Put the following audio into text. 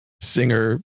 singer